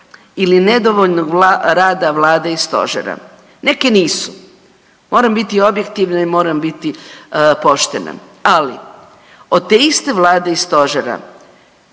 ili nedovoljnog rada vlade i stožera, neke nisu. Moram biti objektivna i moram biti poštena, ali od te iste vlade i stožera